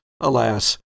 Alas